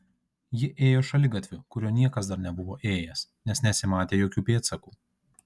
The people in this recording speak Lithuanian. ji ėjo šaligatviu kuriuo niekas dar nebuvo ėjęs nes nesimatė jokių pėdsakų